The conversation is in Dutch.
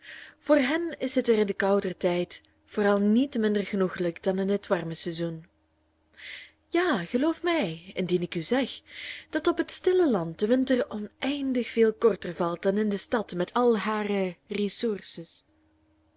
voor hen is het er in den kouder tijd vooral niet minder genoeglijk dan in het warme seizoen ja geloof mij indien ik u zeg dat op het stille land de winter oneindig veel korter valt dan in de stad met al hare ressources